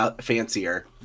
fancier